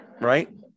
right